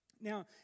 Now